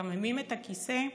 מחממים את הכיסא,